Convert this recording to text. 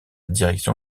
direction